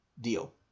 deal